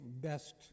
best